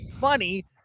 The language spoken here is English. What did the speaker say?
funny